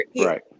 Right